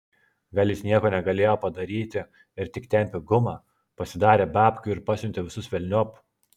gal jis nieko negalėjo padaryti ir tik tempė gumą pasidarė babkių ir pasiuntė visus velniop